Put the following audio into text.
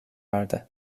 verdi